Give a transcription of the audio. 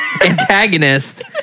antagonist